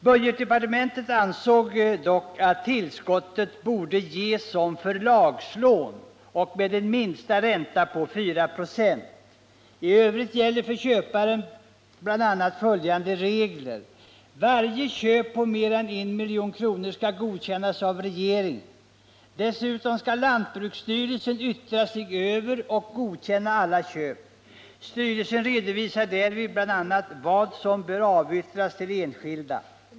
Budgetdepartementet ansåg dock att tillskottet borde ges som förlagslån och med en minsta ränta på 4 96. I övrigt gäller för köparen bl.a. följande regler: Varje köp på mer än 1 milj.kr. skall godkännas av regeringen. Dessutom skall lantbruksstyrelsen yttra sig över och godkänna alla köp. Styrelsen redovisar därvid bl.a. vad som bör avyttras till enskilda.